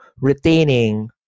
retaining